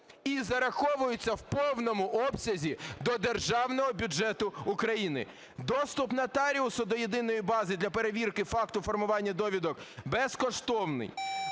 і зараховується в повному обсязі до Державного бюджету України. Доступ нотаріусу до Єдиної бази для перевірки факту формування довідок безкоштовний.